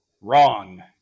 wrong